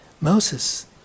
moses